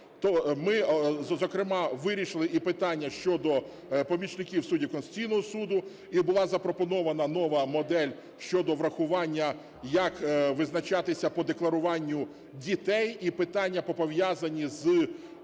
ми, зокрема, вирішили і питання щодо помічників суддів Конституційного Суду, і була запропонована нова модель щодо врахування, як визначатися по декларуванню дітей, і питання, пов'язані з Офісом